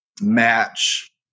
match